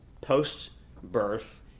post-birth